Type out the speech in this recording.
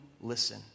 listen